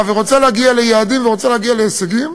ורוצה להגיע ליעדים ורוצה להגיע להישגים,